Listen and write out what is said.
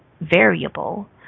variable